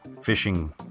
fishing